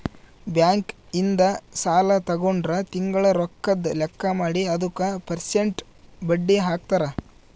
bank ಇಂದ ಸಾಲ ತಗೊಂಡ್ರ ತಿಂಗಳ ರೊಕ್ಕದ್ ಲೆಕ್ಕ ಮಾಡಿ ಅದುಕ ಪೆರ್ಸೆಂಟ್ ಬಡ್ಡಿ ಹಾಕ್ತರ